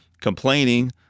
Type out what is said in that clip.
complaining